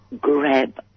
grab